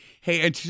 Hey